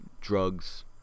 drugs